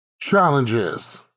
Challenges